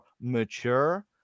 mature